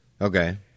Okay